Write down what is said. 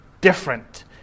Different